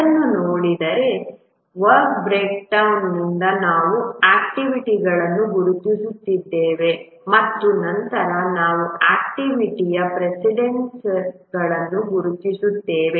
ಅದನ್ನು ನೀಡಿದರೆ ನಿಂದ ನಾವು ಆಕ್ಟಿವಿಟಿಗಳನ್ನು ಗುರುತಿಸಿದ್ದೇವೆ ಮತ್ತು ನಂತರ ನಾವು ಆಕ್ಟಿವಿಟಿಯ ಪ್ರಿಡೆಸೆಸ್ಸರ್ಗಳನ್ನು ಗುರುತಿಸುತ್ತೇವೆ